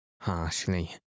harshly